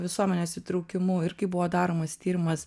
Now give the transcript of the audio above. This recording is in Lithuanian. visuomenės įtraukimu ir kai buvo daromas tyrimas